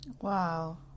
Wow